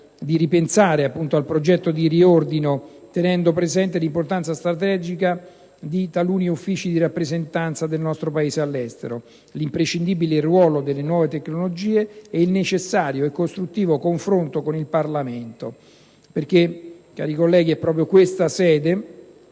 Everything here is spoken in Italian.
di ripensare al progetto di riordino tenendo presente l'importanza strategica di taluni uffici di rappresentanza del nostro Paese all'estero, l'imprescindibile ruolo delle nuove tecnologie e il necessario e costruttivo confronto con il Parlamento. Cari colleghi, è proprio in questa sede,